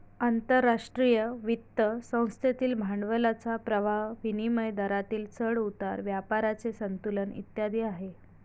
आंतरराष्ट्रीय वित्त संस्थेतील भांडवलाचा प्रवाह, विनिमय दरातील चढ उतार, व्यापाराचे संतुलन इत्यादी आहे